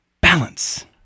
balance